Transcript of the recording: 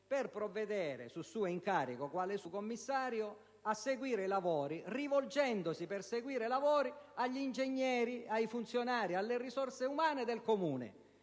per provvedere su suo incarico a seguire i lavori, rivolgendosi per seguire i lavori agli ingegneri, funzionari e alle risorse umane del Comune.